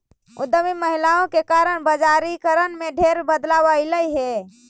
उद्यमी महिलाओं के कारण बजारिकरण में ढेर बदलाव अयलई हे